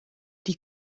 die